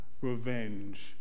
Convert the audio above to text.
revenge